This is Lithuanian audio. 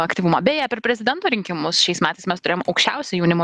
aktyvumą beje per prezidento rinkimus šiais metais mes turėjom aukščiausią jaunimo